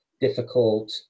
difficult